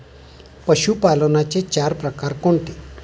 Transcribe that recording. पशुपालनाचे चार प्रकार कोणते?